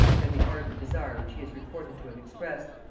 than the ardent desire which he is reported to have expressed,